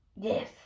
yes